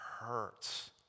hurts